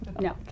no